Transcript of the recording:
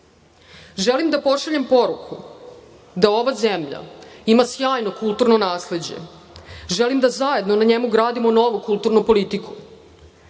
da pošaljem poruku da ova zemlja ima sjajno kulturno nasleđe. Želim da zajedno na njemu gradimo novu kulturnu politiku.